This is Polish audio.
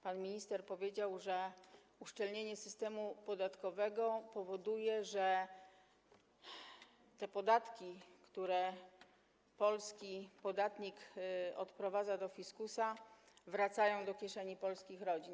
Pan minister powiedział, że uszczelnienie systemu podatkowego powoduje, że podatki, które polski podatnik odprowadza do fiskusa, wracają do kieszeni polskich rodzin.